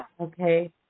Okay